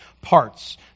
parts